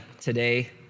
today